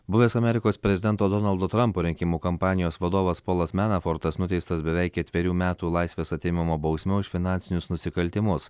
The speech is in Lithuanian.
buvęs amerikos prezidento donaldo trumpo rinkimų kampanijos vadovas polas menafortas nuteistas beveik ketverių metų laisvės atėmimo bausme už finansinius nusikaltimus